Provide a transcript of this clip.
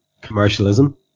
commercialism